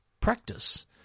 practice